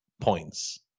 points